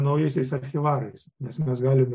naujaisiais archyvarais nes mes galime